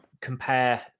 compare